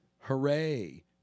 Hooray